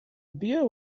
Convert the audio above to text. beer